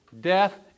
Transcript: Death